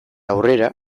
aurrera